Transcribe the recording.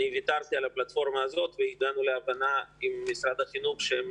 ויתרתי על הפלטפורמה הזאת והגענו להבנה עם משרד החינוך שהם